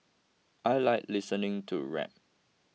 I like listening to rap